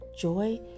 joy